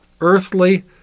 earthly